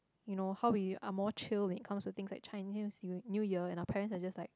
you know how we are more chill when it comes to things like Chinese New Year and your parents are just like